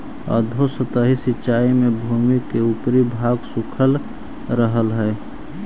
अधोसतही सिंचाई में भूमि के ऊपरी भाग सूखल रहऽ हइ